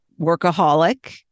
workaholic